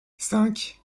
cinq